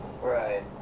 Right